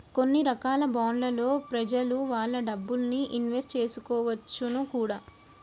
కొన్ని రకాల బాండ్లలో ప్రెజలు వాళ్ళ డబ్బుల్ని ఇన్వెస్ట్ చేసుకోవచ్చును కూడా